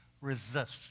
resist